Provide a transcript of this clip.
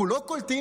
אנחנו לא קולטים,